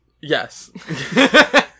Yes